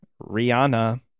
Rihanna